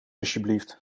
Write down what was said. alsjeblieft